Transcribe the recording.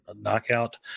knockout